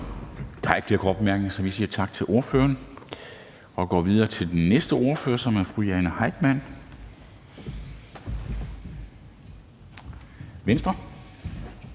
Der er ikke flere korte bemærkninger, så vi siger tak til ordføreren og går videre til næste ordfører, som er fru Jane Heitmann, Venstre.